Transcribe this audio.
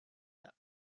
that